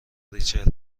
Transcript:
ریچل